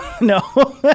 no